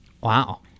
Wow